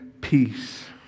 peace